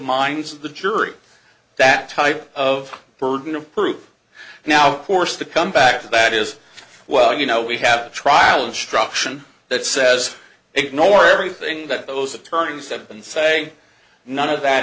minds of the jury that type of burden of proof now course to come back to that is well you know we have a trial instruction that says ignore everything that those attorneys said and say none of that